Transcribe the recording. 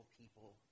people